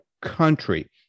country